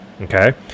okay